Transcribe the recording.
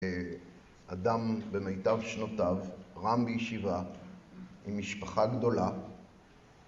אדם במיטב שנותיו רם בישיבה עם משפחה גדולה...